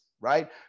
right